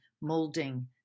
molding